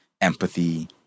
empathy